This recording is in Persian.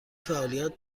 فعالیت